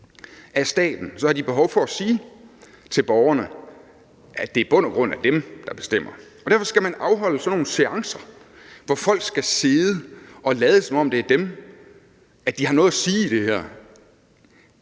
af staten, så har de behov for at sige til borgerne, at det i bund og grund er dem, der bestemmer, og derfor skal man afholde sådan nogle seancer, hvor folk skal sidde og lade, som om de har noget at sige i det her.